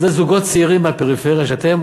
זה זוגות צעירים מהפריפריה, שאתם